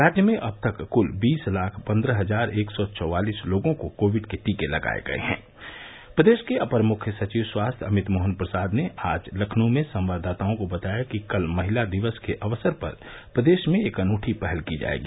राज्य में अब तक कुल बीस लाख पन्द्रह हजार एक सौ चौवालीस लोगों को कोविड के टीके लगाये गये हैं प्रदेश के अपर मुख्य सचिव स्वास्थ्य अमित मोहन प्रसाद ने आज लखनऊ में संवाददाताओं को बताया कि कल महिला दिवस के अवसर पर प्रदेश में एक अनुठी पहल की जायेगी